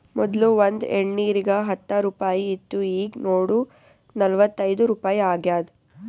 ಮೊದ್ಲು ಒಂದ್ ಎಳ್ನೀರಿಗ ಹತ್ತ ರುಪಾಯಿ ಇತ್ತು ಈಗ್ ನೋಡು ನಲ್ವತೈದು ರುಪಾಯಿ ಆಗ್ಯಾದ್